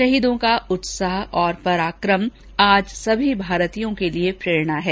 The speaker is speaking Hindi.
शहीदों का उत्साह और पराक्रम आजसभी भारतीयों के लिए प्रेरणा है